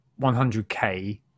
100k